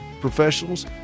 professionals